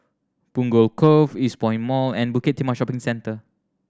Punggol Cove Eastpoint Mall and Bukit Timah Shopping Centre